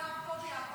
ניצב קובי יעקובי.